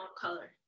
color